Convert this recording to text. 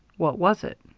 what was it?